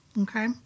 okay